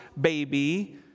baby